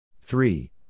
Three